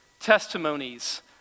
testimonies